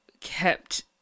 kept